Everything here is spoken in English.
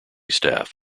staff